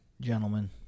Gentlemen